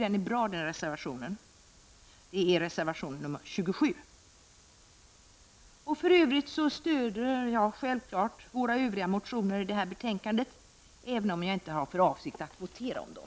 Den finns i reservation 27, och vi tycker att den reservationen är bra. För övrigt stöder jag självfallet våra övriga motioner som behandlas i betänkandet, även om jag inte har för avsikt att votera om dem.